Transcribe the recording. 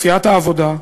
סיעת העבודה,